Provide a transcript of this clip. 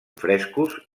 frescos